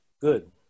Good